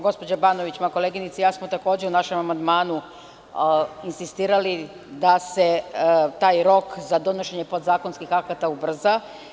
Gospođa Banović i ja smo u našem amandmanu insistirale da se taj rok za donošenje podzakonskih akata ubrza.